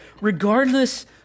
regardless